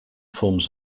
forms